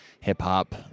hip-hop